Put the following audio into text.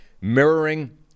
Mirroring